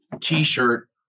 t-shirt